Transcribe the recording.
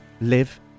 live